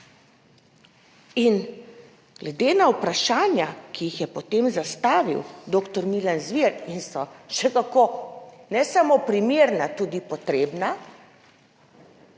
In glede na vprašanja, ki jih je potem zastavil doktor Milan Zver, in so še kako ne samo primerna tudi potrebna